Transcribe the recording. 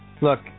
Look